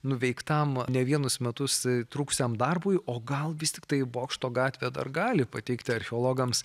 nuveiktam ne vienus metus trukusiam darbui o gal vis tiktai bokšto gatvė dar gali pateikti archeologams